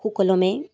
সুকলমে